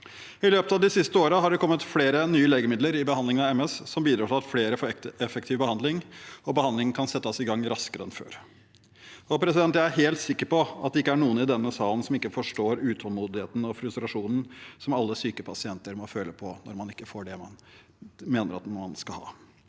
I løpet av de siste årene har det kommet flere nye legemidler i behandlingen av MS som bidrar til at flere får effektiv behandling, og at behandlingen kan settes i gang raskere enn før. Jeg er helt sikker på at det ikke er noen i denne salen som ikke forstår utålmodigheten og frustrasjonen som alle syke pasienter må føle på når man ikke får det man mener at man skal ha,